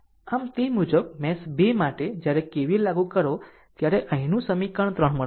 આમ તે મુજબ મેશ 2 માટે જ્યારે KVL લાગુ કરો ત્યારે અહીંનું સમીકરણ 3 મળશે અહીં તે સમીકરણ 3 મળશે